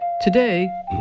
Today